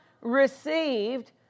received